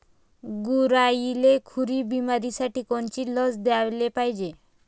गुरांइले खुरी बिमारीसाठी कोनची लस द्याले पायजे?